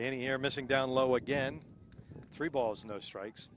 any air missing down low again three balls no strikes